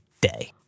day